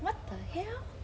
what the hell